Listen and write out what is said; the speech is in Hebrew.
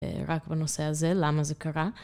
רק בנושא הזה, למה זה קרה.